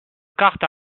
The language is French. carte